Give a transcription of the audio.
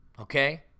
okay